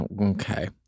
Okay